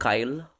Kyle